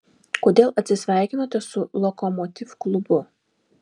kodėl atsisveikinote su lokomotiv klubu